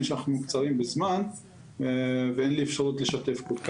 שאנחנו קצרים בזמן ואין לי אפשרות לשתף כל כך.